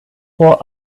what